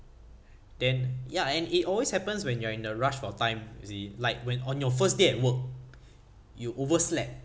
then ya and it always happens when you are in a rush for time you see like when on your first day at work you overslept